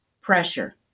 pressure